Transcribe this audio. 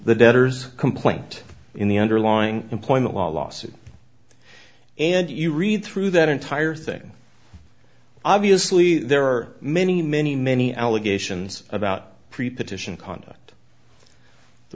the debtors complaint in the underlying employment law lawsuit and you read through that entire thing obviously there are many many many allegations about preposition conduct the